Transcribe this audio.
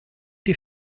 die